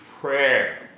prayer